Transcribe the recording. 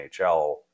NHL